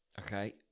Okay